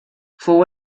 fou